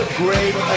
great